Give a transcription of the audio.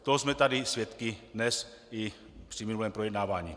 Toho jsme tady svědky dnes i při minulém projednávání.